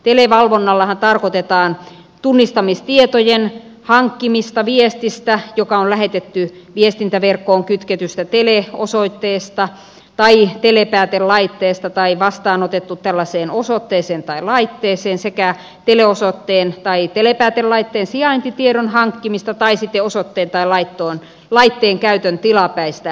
televalvonnallahan tarkoitetaan tunnistamistietojen hankkimista viestistä joka on lähetetty viestintäverkkoon kytketystä teleosoitteesta tai telepäätelaitteesta tai vastaanotettu tällaiseen osoitteeseen tai laitteeseen sekä teleosoitteen tai telepäätelaitteen sijaintitiedon hankkimista tai sitten osoitteen tai laitteen käytön tilapäistä estämistä